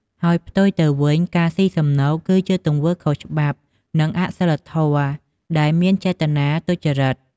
ហើយផ្ទុយទៅវិញ ការស៊ីសំណូក គឺជាទង្វើខុសច្បាប់ និងអសីលធម៌ ដែលមានចេតនាទុច្ចរិត។